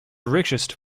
richest